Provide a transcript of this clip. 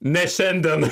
ne šiandien